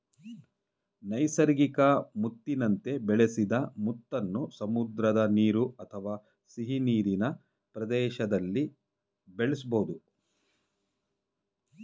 ನೈಸರ್ಗಿಕ ಮುತ್ತಿನಂತೆ ಬೆಳೆಸಿದ ಮುತ್ತನ್ನು ಸಮುದ್ರ ನೀರು ಅಥವಾ ಸಿಹಿನೀರಿನ ಪ್ರದೇಶ್ದಲ್ಲಿ ಬೆಳೆಸ್ಬೋದು